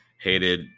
hated